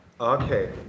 okay